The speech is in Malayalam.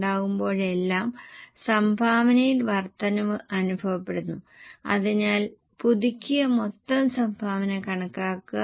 അതിനാൽ ഇളവുള്ള വിലയുടെ കാര്യത്തിൽ ഇത് വിൽപ്പനയുടെ വേരിയബിൾ കോസ്റ്റിൽ 20 ശതമാനമായിരിക്കും